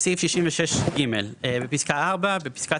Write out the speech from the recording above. תיקון פקודת מס הכנסה 2. בסעיף 66(ג) בפסקה (4) בפסקת